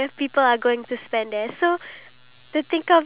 and it's frozen right now be~